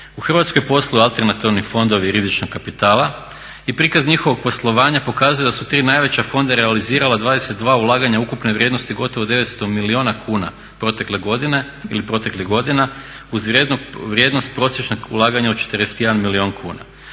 U Hrvatskoj posluju alternativni fondovi rizičnog kapitala i prikaz njihovog poslovanja pokazuje da su tri najveća fonda realizirala 22 ulaganja ukupne vrijednosti gotovo 900 milijuna kuna protekle godine ili proteklih godina uz vrijednost prosječnog ulaganja od 41 milijun kuna.